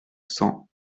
cents